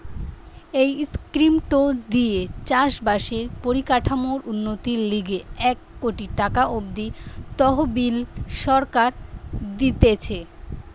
এই স্কিমটো দিয়ে চাষ বাসের পরিকাঠামোর উন্নতির লিগে এক কোটি টাকা অব্দি তহবিল সরকার দিতেছে